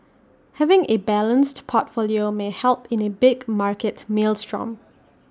having A balanced portfolio may help in A big market maelstrom